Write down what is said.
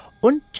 und